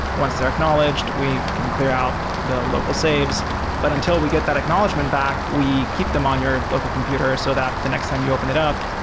once they're acknowledged, we can clear out the local saves but until we get that acknowledgement back, we keep them on your local computer, so that the next time you open it up,